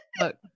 Look